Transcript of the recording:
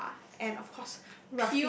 Scar and of course